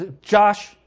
Josh